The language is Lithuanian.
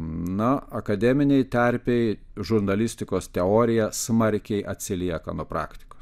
na akademinėj terpėj žurnalistikos teorija smarkiai atsilieka nuo praktikos